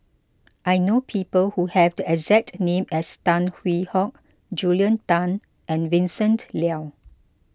I know people who have the exact name as Tan Hwee Hock Julia Tan and Vincent Leow